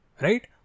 right